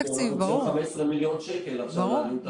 יגידו אנחנו 15 מיליון שקלים עכשיו להרים את הפרויקט הזה.